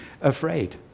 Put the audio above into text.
afraid